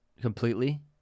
completely